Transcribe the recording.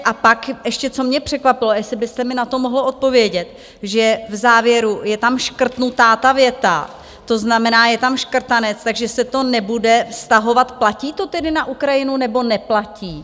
A pak ještě, co mě překvapilo, jestli byste mi na to mohl odpovědět, že v závěru je tam škrtnutá ta věta, to znamená je tam škrtanec, takže se to nebude vztahovat platí to tedy na Ukrajinu, nebo neplatí?